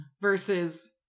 versus